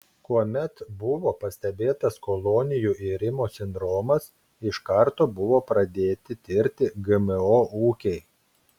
kuomet buvo pastebėtas kolonijų irimo sindromas iš karto buvo pradėti tirti gmo ūkiai